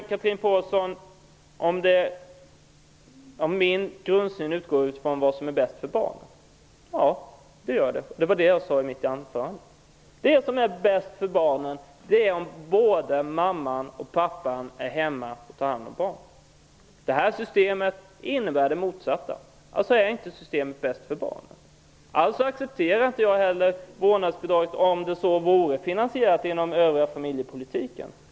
Chatrine Pålsson frågar om jag i min grundsyn utgår från vad som är bäst för barnen. Ja, och det sade jag i mitt huvudanförande. Det bästa för barnen är om både mamman och pappan är hemma och tar hand om dem. Det här aktuella systemet innebär motsatsen och är alltså inte det bästa för barnen. Således accepterar jag inte vårdnadsbidraget även om det vore finansierat inom ramen för den övriga familjepolitiken.